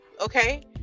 okay